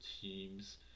teams